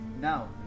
Now